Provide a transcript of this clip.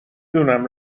دونم